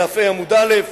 דף ה', עמוד א':